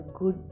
good